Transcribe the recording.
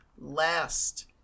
Last